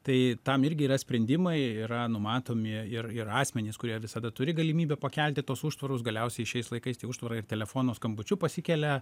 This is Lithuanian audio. tai tam irgi yra sprendimai yra numatomi ir ir asmenys kurie visada turi galimybę pakelti tuos užtvarus galiausiai šiais laikais tie užtvarai ir telefono skambučiu pasikelia